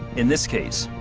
in this case,